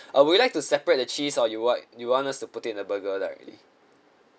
uh would like to separate the cheese or you want you want us to put in the burger directly